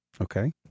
Okay